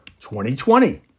2020